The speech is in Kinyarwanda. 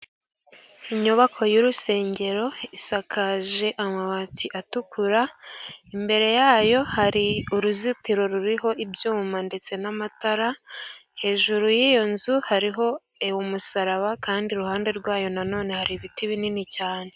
Inyubako y'urusengero isakaje amabati atukura, imbere yayo hari uruzitiro ruriho ibyuma ndetse n'amatara, hejuru y'iyo nzu hariho umusaraba, kandi iruhande rwayo na none hari ibiti binini cyane.